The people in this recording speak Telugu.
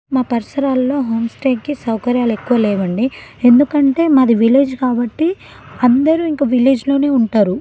మా పరిసరాల్లో హోమ్ స్టేకి సౌకర్యాలు ఎక్కువ లేవండి ఎందుకంటే మాది విలేజ్ కాబట్టి అందరూ ఇంకా విలేజ్లోనే ఉంటారు